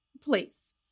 please